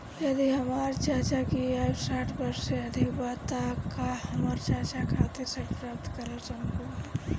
यदि हमर चाचा की आयु साठ वर्ष से अधिक बा त का हमर चाचा खातिर ऋण प्राप्त करल संभव बा